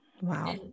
Wow